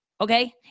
Okay